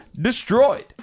destroyed